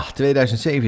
2007